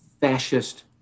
fascist